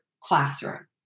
classroom